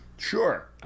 Sure